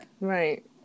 Right